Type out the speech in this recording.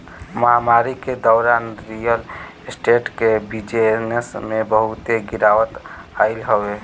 महामारी के दौरान रियल स्टेट के बिजनेस में बहुते गिरावट आइल हवे